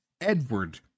Edward